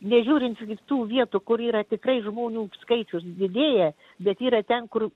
nežiūrint tų vietų kur yra tikrai žmonių skaičius didėja bet yra ten kur